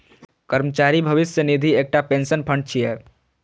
कर्मचारी भविष्य निधि एकटा पेंशन फंड छियै